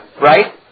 Right